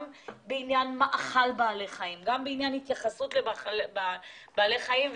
וגם לעניין מאכל והתייחסות לבעלי חיים,